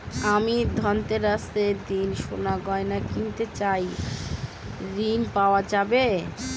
আমি ধনতেরাসের দিন সোনার গয়না কিনতে চাই ঝণ পাওয়া যাবে?